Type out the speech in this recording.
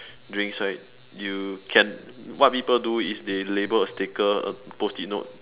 drinks right you can what people do is they label a sticker a post it note